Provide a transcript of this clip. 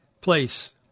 place